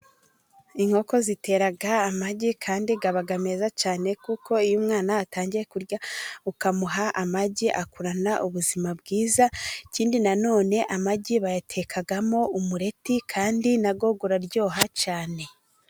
Inkoko zitera amagi kandi aba meza cyane, kuko iyo umwana atangiye kurya, ukamuha amagi akurana ubuzima bwiza, ikindi nanone amagi bayatekamo umureti kandi nawo uraryoha cyane.